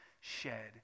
shed